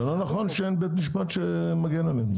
זה לא נכון שאין בית משפט שמגן עליהם.